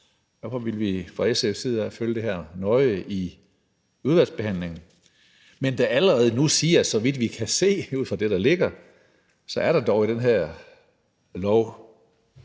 Så vi vil fra SF's side følge det her nøje i udvalgsbehandlingen, men da allerede nu sige, at så vidt vi kan se ud fra det, der ligger, er der dog i den her lov